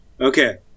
okay